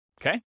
okay